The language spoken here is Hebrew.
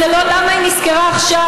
זה לא למה היא נזכרה עכשיו,